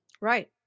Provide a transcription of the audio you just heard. Right